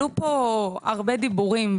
עלו פה הרבה דיבורים.